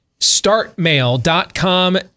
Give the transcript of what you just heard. StartMail.com